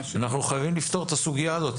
אנחנו חייבים לפתור את הסוגיה הזאת,